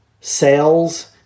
sales